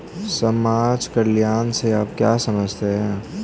समाज कल्याण से आप क्या समझते हैं?